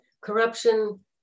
Corruption